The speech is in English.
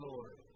Lord